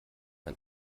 ein